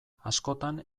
askotan